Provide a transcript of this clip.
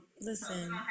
listen